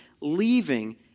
Leaving